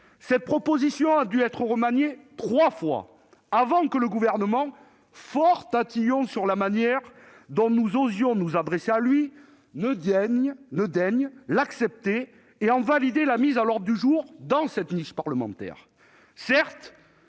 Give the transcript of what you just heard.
Notre proposition a dû être remaniée trois fois avant que le Gouvernement, fort tatillon sur la manière dont nous osions nous adresser à lui, ne daigne l'accepter et en valider la mise à l'ordre du jour dans cette niche parlementaire. Certes,